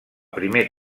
primer